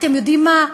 אתם יודעים מה?